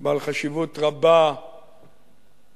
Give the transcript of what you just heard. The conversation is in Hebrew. בעל חשיבות רבה בעתיד,